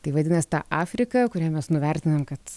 tai vadinas ta afrika kurią mes nuvertinam kad